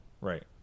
Right